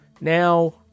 Now